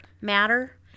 matter